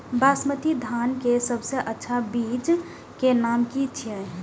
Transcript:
बासमती धान के सबसे अच्छा बीज के नाम की छे?